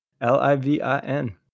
l-i-v-i-n